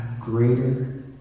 greater